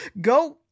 Go